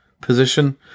position